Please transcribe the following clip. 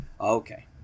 okay